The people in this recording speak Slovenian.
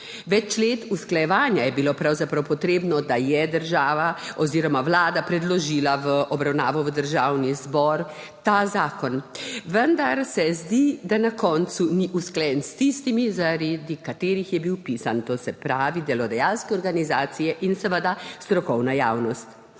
Več let usklajevanja je bilo pravzaprav potrebnih, da je država oziroma Vlada predložila v obravnavo v Državni zbor ta zakon, vendar se zdi, da na koncu ni usklajen s tistimi, zaradi katerih je bil pisan, to se pravi delodajalsko organizacijo in seveda strokovno javnostjo.